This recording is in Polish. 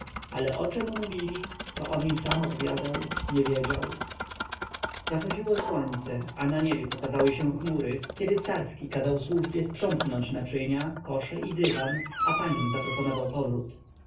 ale o czem mówili co on im sam odpowiadał nie wiedział zachodziło słońce a na niebie pokazały się chmury kiedy starski kazał służbie sprzątnąć naczynia kosze i dywan a paniom zaproponował powrót